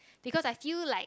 because I feel like